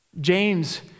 James